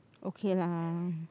okay lah